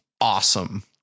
awesome